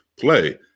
play